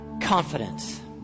Confidence